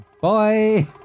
Bye